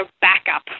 backup